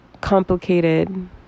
complicated